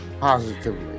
positively